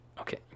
okay